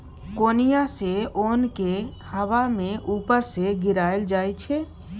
कोनियाँ सँ ओन केँ हबा मे उपर सँ गिराएल जाइ छै